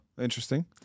interesting